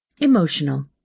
Emotional